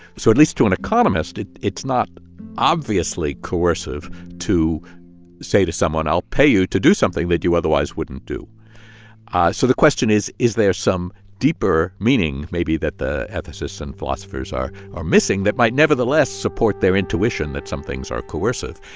so at least to an economist, it's not obviously coercive to say to someone i'll pay you to do something that you otherwise wouldn't do so the question is is there some deeper meaning maybe that the ethicists and philosophers are are missing that might nevertheless support their intuition that some things are coercive?